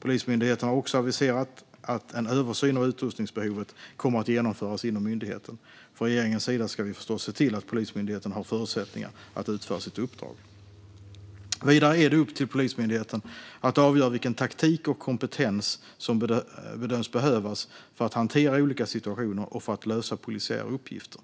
Polismyndigheten har också aviserat att en översyn av utrustningsbehovet kommer att genomföras inom myndigheten. Från regeringens sida ska vi förstås se till att Polismyndigheten har förutsättningar att utföra sitt uppdrag. Vidare är det upp till Polismyndigheten att avgöra vilken taktik och kompetens som bedöms behövas för att hantera olika situationer och för att lösa polisiära uppgifter.